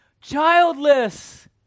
childless